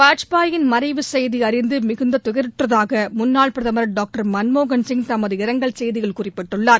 வாஜ்பாயின் மறைவுச் செய்தி அறிந்து மிகுந்த துயருற்றதாக முன்னாள் பிரதமர் டாக்டர் மன்மோகன்சிங் தமது இரங்கல் செய்தியில் குறிப்பிட்டுள்ளார்